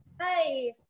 Hi